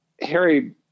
Harry